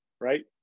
Right